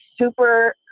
super